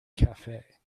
cafe